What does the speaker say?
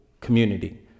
community